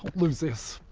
loose this.